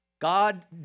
God